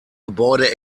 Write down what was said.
gebäude